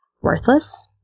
worthless